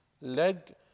leg